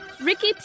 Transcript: Ricky